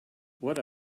what